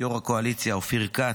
יו"ר הקואליציה אופיר כץ,